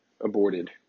aborted